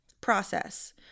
process